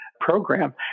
program